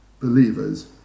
Believers